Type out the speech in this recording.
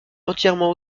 entièrement